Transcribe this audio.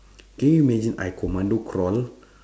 can you imagine I commando crawl